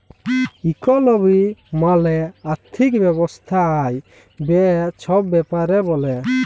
ইকলমি মালে আথ্থিক ব্যবস্থা আয়, ব্যায়ে ছব ব্যাপারে ব্যলে